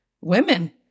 women